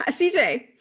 CJ